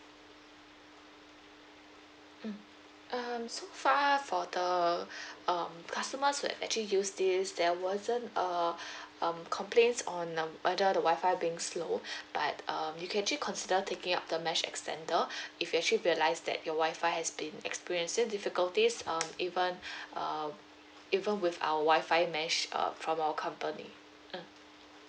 mm um so far for the um customers who have actually use this there wasn't uh um complaints on uh whether the wi-fi being slow but um you can actually consider taking up the mesh extender if you actually realise that your wi-fi has been experiencing difficulties um even uh even with our wi-fi mesh uh from our company mm